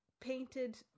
painted